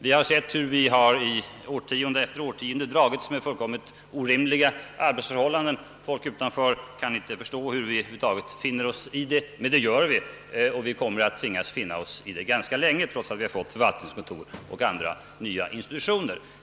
Vi har t.ex. i årtionde efter årtionde dragits med fullkomligt orimliga arbetsförhållanden. Utomstående kan inte förstå att vi över huvud taget finner oss i detta, men det gör vi, och vi kommer att tvingas finna oss i det ganske länge, trots att vi fått förvaltningskontor och andra nya institutioner.